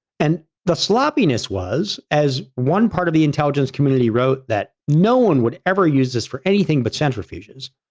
and the sloppiness was, as one part of the intelligence community wrote, that no one would ever use this for anything but centrifuges.